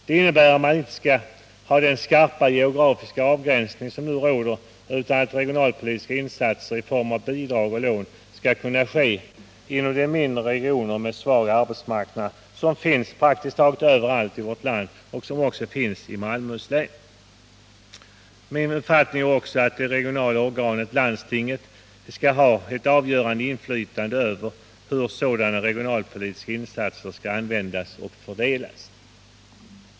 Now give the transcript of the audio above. Det förutsätter att man inte har den skarpa geografiska avgränsning som nu gäller, utan att regionalpolitiska insatser i form av bidrag och lån skall kunna ske inom de mindre regioner med svag arbetsmarknad som finns praktiskt taget överallt i vårt land och även i Malmöhus län. Min uppfattning är också att landstingen som regionala organ skall ha ett avgörande inflytande över hur sådana regionalpolitiska insatser skall göras och fördelas.